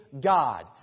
God